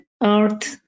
art